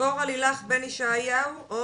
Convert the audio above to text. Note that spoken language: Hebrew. דבורה לילך בן ישעיהו.